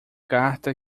carta